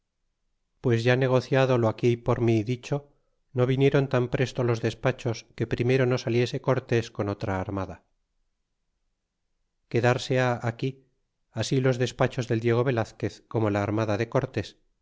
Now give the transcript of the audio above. pues ya negociado lo aquí por mi dicho no vinieron tan presto los despachos que primero no saliese cortes con otra armada quedarse ha aquí así los despachos del diego velazquez como la armada de cortés